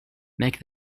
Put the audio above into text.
make